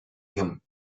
hume